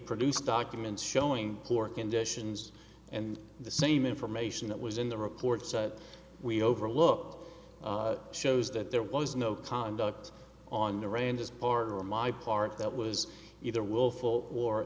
produce documents showing poor conditions and the same information that was in the reports we overlook shows that there was no conduct on the ranges part on my part that was either willful or